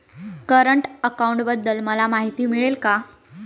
Current अकाउंटबद्दल मला माहिती मिळेल का?